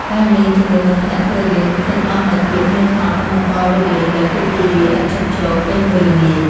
ការលេងជាមួយមិត្តភក្តិធ្វើឱ្យយើងភ្លេចអស់នូវភាពនឿយហត់ និងបន្តរត់លេងដោយភាពរីករាយឥតឈប់ឈរពេញមួយល្ងាច។